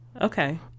Okay